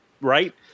right